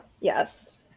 Yes